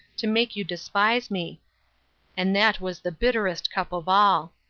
to make you despise me and that was the bitterest cup of all.